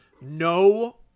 no